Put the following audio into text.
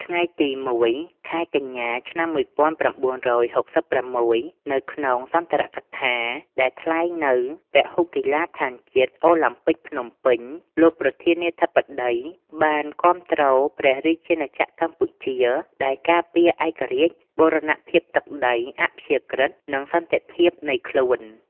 ថ្ងៃទី០១ ខែកញ្ញា ឆ្នាំ១៩៦៦ នៅក្នុងសុន្ទរកថា ដែលថ្លែងនៅពហុកីឡដ្ឋានជាតិ អូឡាំពិកភ្នំពេញ លោកប្រធានាធិបតី បានគាំទ្រព្រះរាជាណាចក្រកម្ពុជា ដែលការពារឯករាជ្យ បូរណភាពទឹកដី អាព្យាក្រឹត សន្តិភាពនៃខ្លួន។